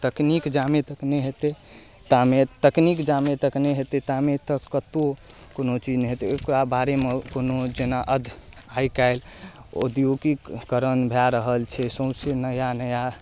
तकनीक जामे तक नहि हेतै तामे तकनीक जामे तक नहि हेतै तामे तक कतहु कोनो चीज नहि हेतै एकरा बारेमे कोनो जेना अध आइकाल्हि औद्योगिकीकरण भऽ रहल छै सोँसे नया नया